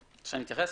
אני רק אגיד